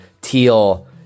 teal